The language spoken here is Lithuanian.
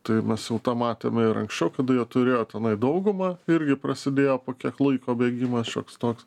tai mes jau tą matėme ir anksčiau kada jie turėjo tenai daugumą irgi prasidėjo po kiek laiko bėgimas šioks toks